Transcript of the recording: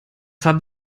haben